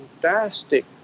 fantastic